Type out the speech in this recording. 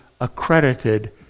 accredited